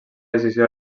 decisió